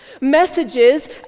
messages